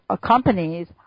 companies